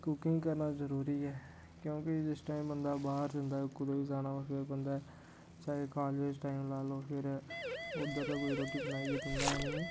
cooking करना जरूरी ऐ क्योंकि जिस टाइम बन्दा बाह्र जन्दा कुदै बी जाना होवै फेर बन्दा चाहे कालेज टाइम लाई लैओ फिर उद्धर ते कोई रुट्टी बनाइयै दिन्दा ऐ नी